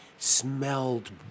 smelled